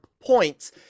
points